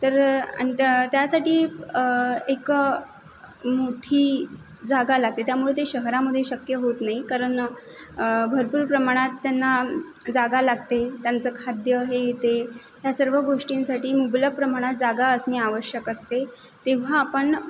तर अन त्यासाठी एक मोठी जागा लागते त्यामुळे ते शहरामधे शक्य होत नाही कारण भरपूर प्रमाणात त्यांना जागा लागते त्यांचं खाद्य हे येते ह्या सर्व गोष्टींसाठी मोबदला प्रमाणात जागा असणे आवश्यक असते तेव्हा आपण